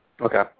Okay